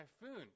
typhoon